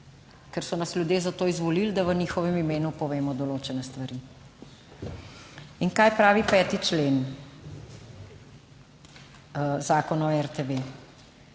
ker so nas ljudje za to izvolili, da v njihovem imenu povemo določene stvari. In kaj pravi 5. člen Zakona o RTV?